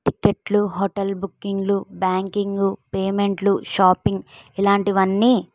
టిక్కెట్లు హోటల్ బుకింగ్లు బ్యాంకింగ్ పేమెంట్లు షాపింగ్ ఇలాంటివి అన్నీ